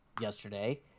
yesterday